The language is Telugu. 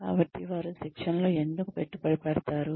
కాబట్టి వారు శిక్షణలో ఎందుకు పెట్టుబడి పెడతారు